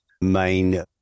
main